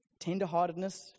tenderheartedness